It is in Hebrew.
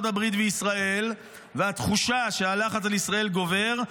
הברית וישראל והתחושה שהלחץ על ישראל גובר,